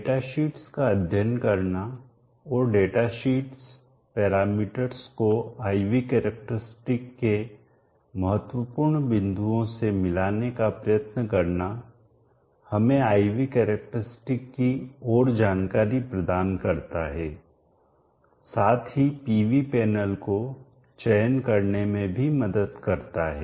datasheets का अध्ययन करना और डेटाशीट्स पैरामीटर्स को I V कैरेक्टरस्टिक के महत्वपूर्ण बिंदुओं से मिलाने का प्रयत्न करना हमें I V कैरेक्टरस्टिक की ओर जानकारी प्रदान करता है साथ ही पीवी पैनल को चयन करने में भी मदद करता है